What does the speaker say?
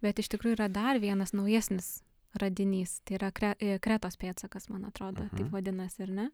bet iš tikrųjų yra dar vienas naujesnis radinys tai yra kre kretos pėdsakas man atrodo taip vadinasi ar ne